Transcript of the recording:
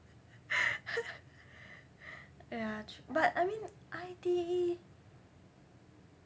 ya tr~ but I mean I_T_E